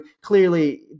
clearly